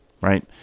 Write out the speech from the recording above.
Right